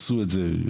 תעשו את זה.